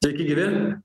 sveiki gyvi